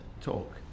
talk